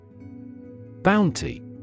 Bounty